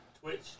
Twitch